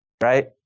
right